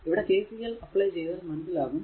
ഇവിടെ KCL apply ചെയ്താൽ മനസ്സിലാകും